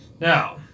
Now